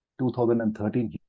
2013